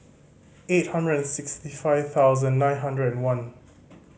eight hundred and sixty five thousand nine hundred and one